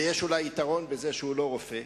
ויש אולי יתרון בזה שהוא לא רופא.